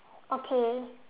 okay